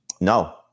No